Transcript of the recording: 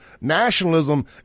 Nationalism